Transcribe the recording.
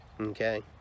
Okay